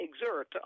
exert